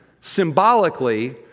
symbolically